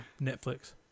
Netflix